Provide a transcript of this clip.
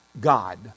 God